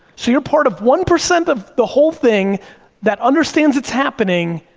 so you're part of one percent of the whole thing that understands it's happening,